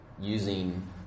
using